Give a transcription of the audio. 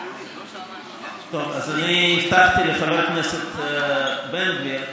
אז אני הבטחתי לחבר הכנסת בן גביר,